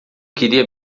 queria